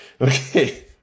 Okay